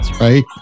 right